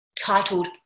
titled